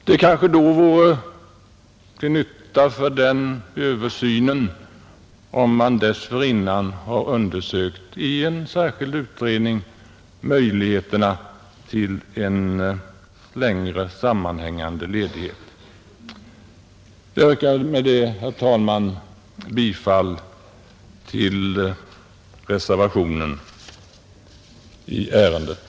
Och då vore det säkerligen till nytta för den översynen om vi dessförinnan i en särskild utredning har undersökt möjligheterna till en längre sammanhängande ledighet. Herr talman! Med det anförda yrkar jag bifall till reservationen i ärendet.